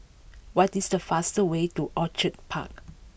what is the fastest way to Orchid Park